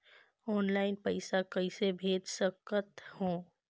Online पइसा कइसे भेज सकत हो?